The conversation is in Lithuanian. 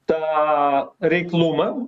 tą reiklumą